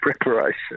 preparation